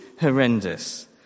horrendous